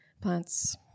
plants